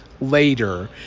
later